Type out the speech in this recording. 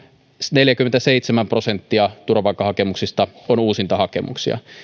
neljäkymmentäseitsemän prosenttia turvapaikkahakemuksista on uusintahakemuksia